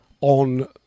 on